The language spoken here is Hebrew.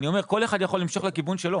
אני אומר, כל אחד יכול למשוך לכיוון שלו.